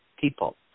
people